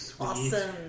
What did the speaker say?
Awesome